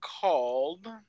called